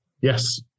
Yes